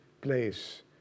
place